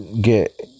get